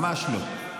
ממש לא.